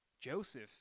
Joseph